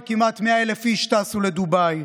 וכמעט 100,000 איש טסו לדובאי.